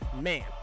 Man